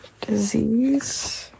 Disease